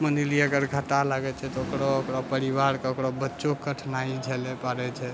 मानि लिअ अगर घाटा लागैत छै तऽ ओकरो ओकरो परिवारके ओकरो बच्चोके कठिनाइ झेलय पड़ैत छै